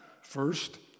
First